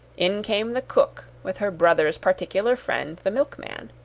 in came the cook, with her brother's particular friend, the milkman.